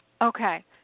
Okay